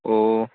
ഓ